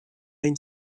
une